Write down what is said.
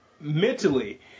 mentally